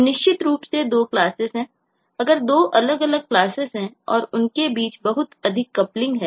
अब निश्चित रूप से दो क्लासेस हैं अगर दो अलग अलग क्लासेस हैं और उनके बीच बहुत अधिक कपलिंग है